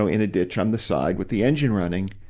ah in a ditch on the side with the engine running,